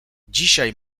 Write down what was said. dzisiaj